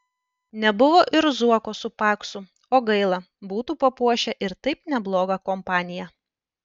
nebuvo ir zuoko su paksu o gaila būtų papuošę ir taip neblogą kompaniją